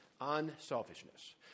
unselfishness